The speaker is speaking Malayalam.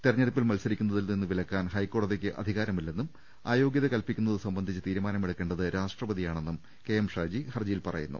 തെര ഞ്ഞെടുപ്പിൽ മത്സരിക്കുന്നതിൽ നിന്ന് വിലക്കാൻ ഹൈക്കോടതിക്ക് അധി കാരമില്ലെന്നും അയോഗൃത കൽപ്പിക്കുന്നത് സംബന്ധിച്ച് തീരുമാനമെടുക്കേ ണ്ടത് രാഷ്ട്രപതിയാണെന്നും കെ എം ഷാജി ഹർജിയിൽ പറയുന്നു